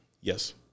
Yes